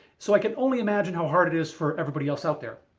so i can only imagine how hard it is for everybody else out there.